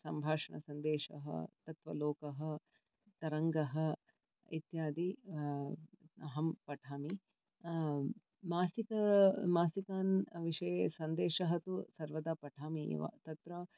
सम्भाषणसन्देशः तत्त्वलोकः तरङ्गः इत्यादि अहं पठामि मासिक मासिकान् विषये सन्देशः तु सर्वदा पठामि एव तत्र